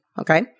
Okay